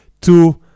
two